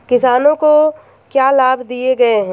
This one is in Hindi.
किसानों को क्या लाभ दिए गए हैं?